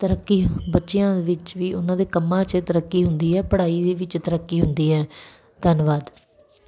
ਤਰੱਕੀ ਬੱਚਿਆਂ ਵਿੱਚ ਵੀ ਉਹਨਾਂ ਦੇ ਕੰਮਾਂ 'ਚ ਤਰੱਕੀ ਹੁੰਦੀ ਹੈ ਪੜ੍ਹਾਈ ਦੇ ਵਿੱਚ ਤਰੱਕੀ ਹੁੰਦੀ ਹੈ ਧੰਨਵਾਦ